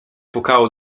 pukało